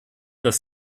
das